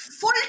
full